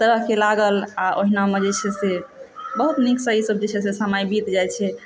तऽ अहाँकेँ लागल आ ओहिनामे जे छै से बहुत निकसँ ई सब जे छै से समय बीत जाइत अछि